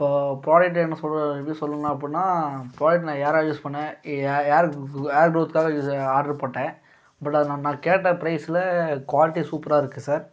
இப்போது புராடக்ட் என்ன சொல்கிற எதுவும் சொல்லணும் அப்டின்னா புராடக்ட் நான் ஹேர் ஆயில் யூஸ் பண்ணிணேன் ஹேர் ஹேர் குரோத்காக ஆடர் போட்டேன் பட் அதை நான் நான் கேட்ட பிரைஸ்ஸில் குவாலிட்டி சூப்பராக இருக்குது சார்